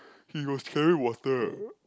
he was carrying water